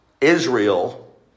Israel